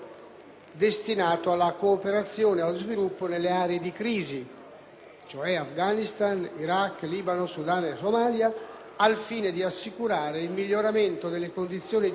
(cioè Afghanistan, Iraq, Libano, Sudan e Somalia), al fine di assicurare il miglioramento delle condizioni di vita della popolazione civile e dei rifugiati nei Paesi limitrofi,